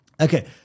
Okay